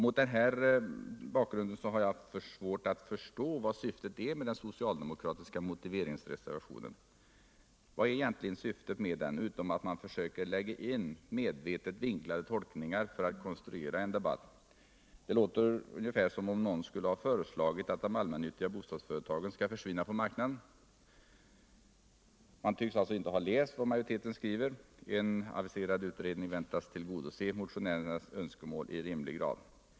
Mot den här bakgrunden har jag svårt att förstå vad syftet är med den socialdemokratiska motiveringsreservationen. Vad är egentligen syftet med den utom att man försöker lägga in medvetet vinklade tolkningar för att konstruera en debatt? Det låter ungefär som om någon skulle ha föreslagit att de allmännyttiga bostadsföretagen skall försvinna från marknaden. Man tycks alltså inte ha läst vad majoriteten skriver — en aviserad utredning väntas tillgodose motionärernas önskemål i rimlig grad.